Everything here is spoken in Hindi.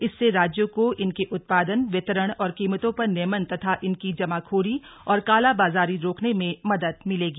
इससे राज्यों को इनके उत्पादन वितरण और कीमतों पर नियमन तथा इनकी जमाखोरी और कालाबाजारी रोकने में मदद मिलेगी